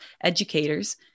educators